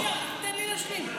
שנייה, תן לי להשלים.